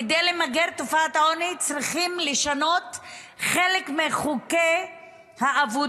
כדי למגר את תופעת העוני צריכים לשנות חלק מחוקי העבודה,